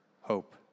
hope